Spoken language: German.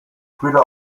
später